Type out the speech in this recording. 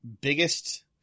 biggest